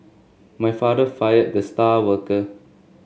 my father fired the star worker